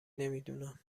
نمیدونم